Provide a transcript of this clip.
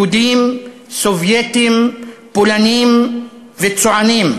יהודים, סובייטים, פולנים וצוענים,